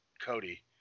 Cody